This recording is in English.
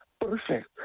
Perfect